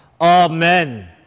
Amen